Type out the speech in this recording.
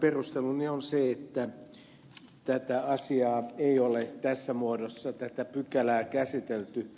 perusteluni on se että perustuslakivaliokunnassa ei ole tässä muodossa käsitelty tätä